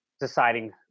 deciding